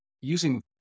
using